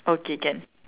okay can